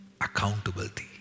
accountability